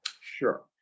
Sure